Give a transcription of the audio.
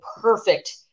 perfect